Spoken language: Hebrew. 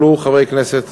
עלו חברי כנסת,